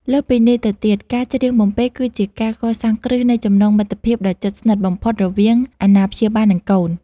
លើសពីនេះទៅទៀត ការច្រៀងបំពេគឺជាការកសាងគ្រឹះនៃចំណងមិត្តភាពដ៏ជិតស្និទ្ធបំផុតរវាងអាណាព្យាបាល និងកូន។